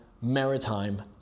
maritime